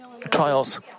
trials